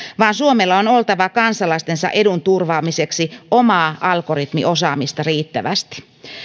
vaan suomella on oltava kansalaistensa edun turvaamiseksi omaa algoritmiosaamista riittävästi